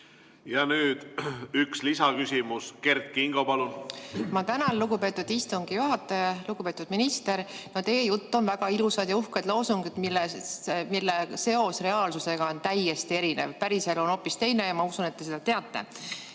Ja nüüd üks lisaküsimus. Kert Kingo, palun! Ma tänan, lugupeetud istungi juhataja! Lugupeetud minister! Teie jutus on väga ilusad ja uhked loosungid, mis on reaalsusest täiesti erinevad. Päriselu on hoopis teine ja ma usun, et te teate